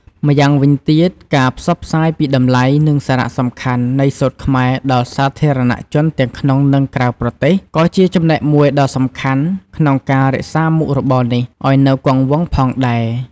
ម្យ៉ាងវិញទៀត ការផ្សព្វផ្សាយពីតម្លៃ និងសារៈសំខាន់នៃសូត្រខ្មែរដល់សាធារណជនទាំងក្នុង និងក្រៅប្រទេស ក៏ជាចំណែកមួយដ៏សំខាន់ក្នុងការរក្សាមុខរបរនេះឲ្យនៅគង់វង្សផងដែរ។